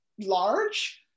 large